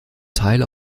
teil